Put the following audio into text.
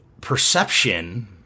perception